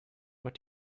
what